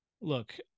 Look